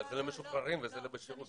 אבל זה למשוחררים וזה לאנשים בשירות,